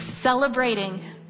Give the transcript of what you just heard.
celebrating